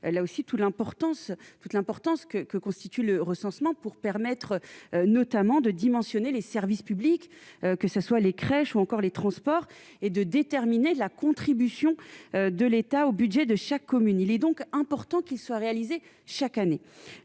l'importance toute l'importance que que constitue le recensement pour permettre notamment de dimensionner les services publics, que ce soit les crèches ou encore les transports et de déterminer la contribution de l'État au Budget de chaque commune, il est donc important qu'ils soient réalisés chaque année,